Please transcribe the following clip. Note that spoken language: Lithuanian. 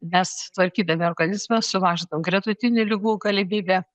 mes tvarkydami organizmą sumažinam gretutinių ligų galimybę